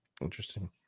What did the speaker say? Interesting